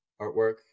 Artwork